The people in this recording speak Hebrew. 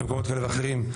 במקומות כאלה ואחרים,